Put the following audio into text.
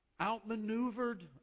outmaneuvered